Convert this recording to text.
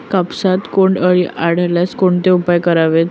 कापसात बोंडअळी आढळल्यास कोणते उपाय करावेत?